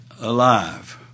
alive